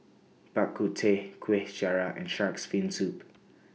Bak Kut Teh Kuih Syara and Shark's Fin Soup